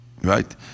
Right